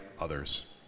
others